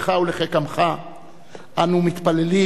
משפחתך ולחיק עמך אנו מתפללים